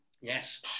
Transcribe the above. Yes